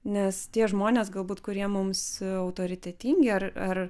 nes tie žmonės galbūt kurie mums autoritetingi ar ar